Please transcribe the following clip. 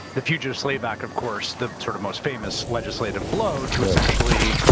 the fugitive slave act, of course, the sort of most famous legislative blow to essentially